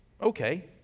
Okay